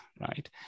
Right